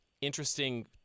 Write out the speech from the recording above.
interesting